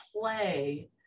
play